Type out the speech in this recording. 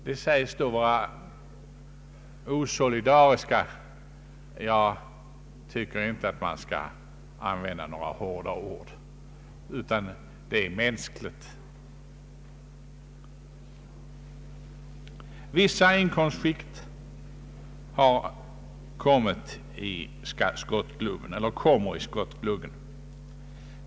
Det sägs då att de motspänstiga är osolidariska, men jag tycker inte att man bör använda några sådana hårda ord, utan det hela är en fullt mänsklig reaktion. Vissa inkomstskikt kommer i skottgluggen.